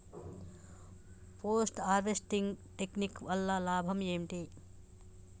Post harvesting technique వల్ల లాభం ఏంటి?